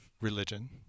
religion